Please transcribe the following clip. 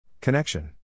Connection